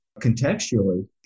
Contextually